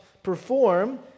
perform